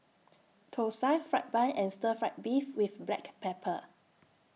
Thosai Fried Bun and Stir Fry Beef with Black Pepper